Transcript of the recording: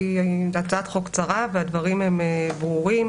כי זו הצעת חוק קצרה והדברים הם ברורים.